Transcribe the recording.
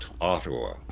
Ottawa